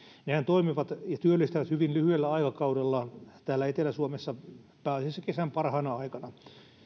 nehän toimivat ja työllistävät hyvin lyhyellä aikajaksolla täällä etelä suomessa pääasiassa kesän parhaan aikana